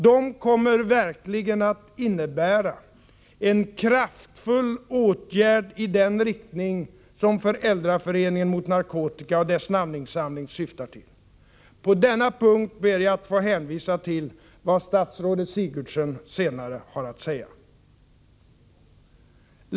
De förslagen kommer verkligen att innebära en kraftfull åtgärd i den riktning som Föräldraföreningen mot narkotika och dess namninsamling syftar till. På denna punkt ber jag att få hänvisa till vad statsrådet Sigurdsen senare har att säga.